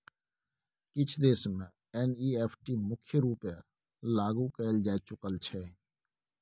किछ देश मे एन.इ.एफ.टी मुख्य रुपेँ लागु कएल जा चुकल छै